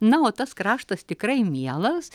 na o tas kraštas tikrai mielas